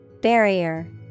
Barrier